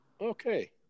Okay